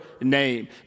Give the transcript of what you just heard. name